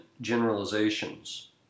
generalizations